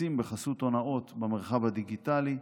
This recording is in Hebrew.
נעקצים בחסות הונאות במרחב הדיגיטלי,